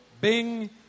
Bing